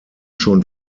schon